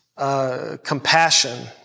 Compassion